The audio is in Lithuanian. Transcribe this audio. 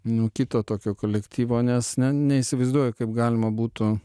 nu kito tokio kolektyvo nes ne neįsivaizduoju kaip galima būtų